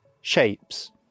shapes